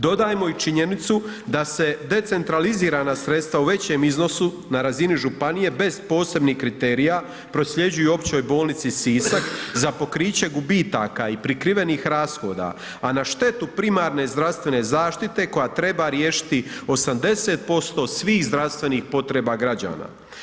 Dodajmo i činjenicu da se decentralizirana sredstva u većem iznosu na razini županije bez posebnih kriterija prosljeđuju Općoj bolnici Sisak za pokriće gubitaka i prikrivenih rashoda, a na štetu primarne zdravstvene zaštite koja treba riješiti 80% svih zdravstvenih potreba građana.